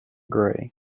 gray